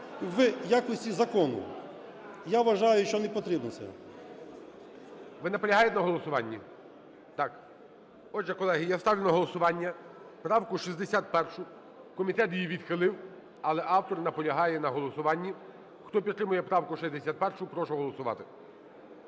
в якості закону. Я вважаю, що непотрібно це. ГОЛОВУЮЧИЙ. Ви наполягаєте на голосуванні? Так. Отже, колеги, я ставлю на голосування правку 61, комітет її відхилив, але автор наполягає на голосуванні. Хто підтримує правку 61, прошу голосувати.